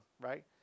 right